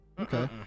Okay